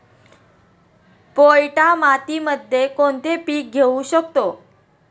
पोयटा मातीमध्ये कोणते पीक घेऊ शकतो?